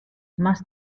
más